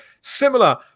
similar